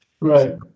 right